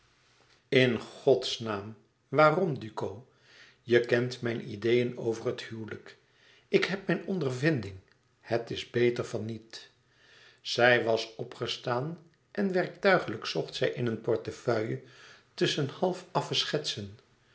in godsnaam waarom duco je kent mijn ideeën over het huwelijk ik heb mijn ondervinding het is beter van niet zij was opgestaan en werktuigelijk zocht zij in een portefeuille tusschen half affe schetsen